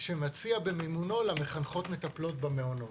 שמציע במימונו למחנכות מטפלות במעונות.